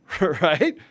Right